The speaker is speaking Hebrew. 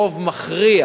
הרוב המכריע